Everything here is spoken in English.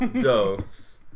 dose